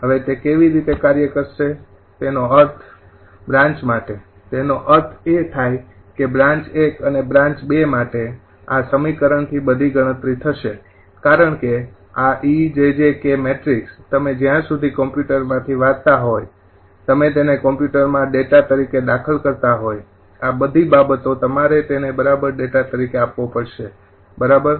હવે તે કેવી રીતે કાર્ય કરશે તેનો અર્થ બ્રાન્ચ માટે તેનો અર્થ એ થાઈ કે બ્રાન્ચ ૧ અને બ્રાન્ચ ૨ માટે આ સમીકરણથી બધી ગણતરી થશે કારણ કે આ 𝑒 𝑗𝑗 𝑘 મેટ્રિક્સ તમે જ્યાં સુધી કમ્પ્યુટરમાંથી વાંચતા હોય તમે તેને કમ્પ્યુટરમાં ડેટા તરીકે દાખલ કરતાં હોય આ બધી બાબતો તમારે તેને બરાબર ડેટા તરીકે આપવો પડશે બરાબર